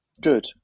Good